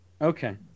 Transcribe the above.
okay